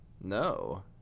No